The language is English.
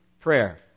prayer